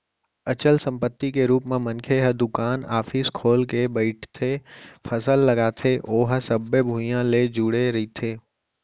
अचल संपत्ति के रुप म मनखे ह दुकान, ऑफिस खोल के बइठथे, फसल लगाथे ओहा सबे भुइयाँ ले जुड़े रहिथे